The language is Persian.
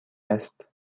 است